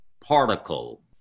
particle